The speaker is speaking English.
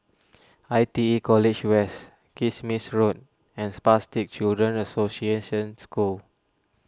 I T E College West Kismis Road and Spastic Children's Association School